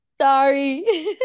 Sorry